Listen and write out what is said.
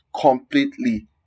completely